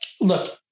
look